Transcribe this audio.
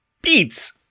Beats